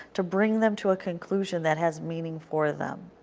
to bring them to a conclusion that has meaning for them.